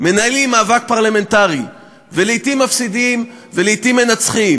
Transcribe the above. מנהלים מאבקים פרלמנטריים ולעתים מפסידים ולעתים מנצחים,